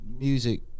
music